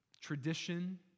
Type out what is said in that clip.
Tradition